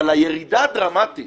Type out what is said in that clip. אבל הירידה הדרמטית